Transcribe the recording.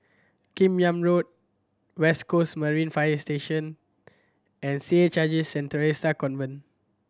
Kim Yam Road West Coast Marine Fire Station and C H I J Saint Theresa's Convent